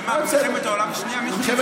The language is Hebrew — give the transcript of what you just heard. במה, במלחמת העולם השנייה?